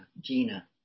Gina